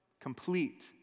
complete